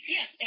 Yes